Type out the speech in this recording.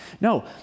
No